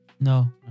no